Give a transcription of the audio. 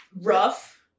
rough